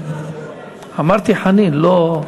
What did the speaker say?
אמרתי חנין, לא,